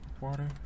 water